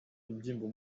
umubyimba